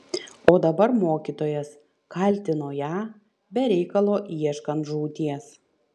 o dabar mokytojas kaltino ją be reikalo ieškant žūties